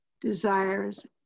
desires